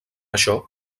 això